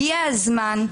הגיע הזמן,